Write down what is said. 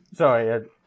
Sorry